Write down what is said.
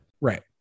Right